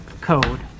code